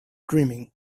dreaming